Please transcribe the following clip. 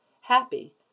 happy